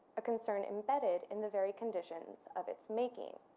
a concern embedded in the very conditions of its making.